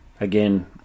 again